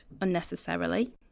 unnecessarily